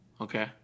Okay